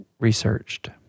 researched